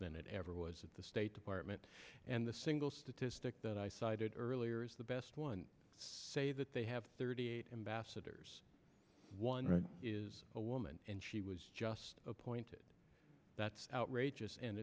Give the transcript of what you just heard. it ever was at the state department and the single statistic that i cited earlier is the best one say that they have thirty eight ambassadors one is a woman and she was just appointed that's outrageous and